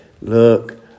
look